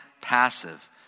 passive